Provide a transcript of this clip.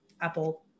Apple